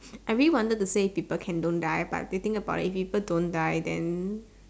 I really wanted to say people can don't die but I'm thinking about it people don't die then